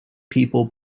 people